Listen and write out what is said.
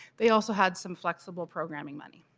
they also had some flexible programming money.